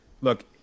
look